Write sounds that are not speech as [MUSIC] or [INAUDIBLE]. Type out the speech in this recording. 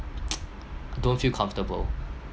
[NOISE] don't feel comfortable